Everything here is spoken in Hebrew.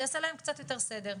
זה יעשה להן קצת יותר סדר.